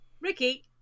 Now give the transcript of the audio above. Ricky